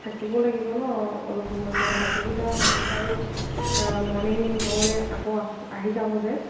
থাকিব লাগিব ন অলপ সময় মই বাকীকেইটা বাৰু মৰ্ণিং গৈ আকৌ আহি যাওঁ যে